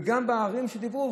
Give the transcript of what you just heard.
וגם בערים שדיברו,